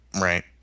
Right